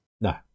No